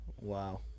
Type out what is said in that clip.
Wow